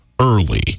early